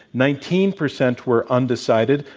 nineteen percent were undecided.